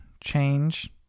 change